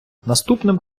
наступним